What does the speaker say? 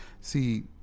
see